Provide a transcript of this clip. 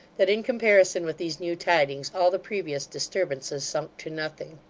that in comparison with these new tidings all the previous disturbances sunk to nothing.